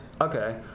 Okay